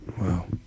wow